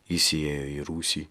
jis įėjo į rūsį